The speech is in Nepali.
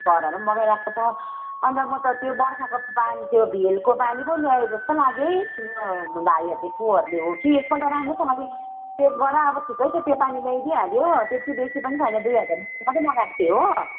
घरहरू पनि बगाइरहेको छ अन्त म त त्यो बर्खाको पानी त्यो भेलको पानी पो ल्यायो जस्तो लाग्यो है तिम्रो भाइहरूले कोहरूले हो कि एकपल्ट राम्रोसँगले चेक गर अब ठिकै छ त्यो पानी ल्याइदिहाल्यो हो त्यति बेसी पनि छैन दुई हजार लिटर मात्रै मगाएको थिएँ हो